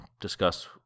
discuss